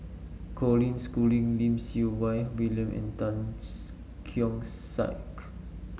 Colin Schooling Lim Siew Wai William and Tan Keong Saik